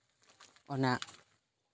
ᱚᱱᱟ